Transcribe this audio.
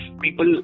people